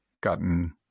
gotten